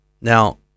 Now